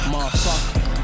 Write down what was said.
Motherfucker